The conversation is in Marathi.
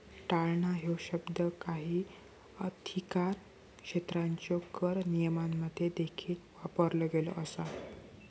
टाळणा ह्यो शब्द काही अधिकारक्षेत्रांच्यो कर नियमांमध्ये देखील वापरलो गेलो असा